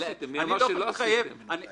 מי אמר שלא עשיתם את זה?